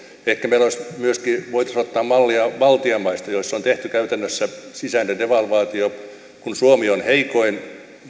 ehkä meillä voitaisiin myöskin ottaa mallia baltian maista joissa on tehty käytännössä sisäinen devalvaatio kun suomi on heikoin